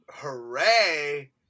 Hooray